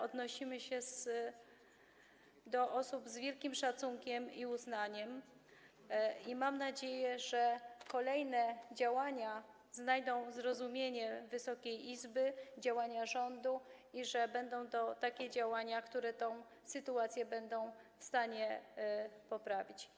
Odnosimy się do tych osób z wielkim szacunkiem i uznaniem i mam nadzieję, że kolejne działania rządu znajdą zrozumienie Wysokiej Izby i że będą to takie działania, które tę sytuację będą w stanie poprawić.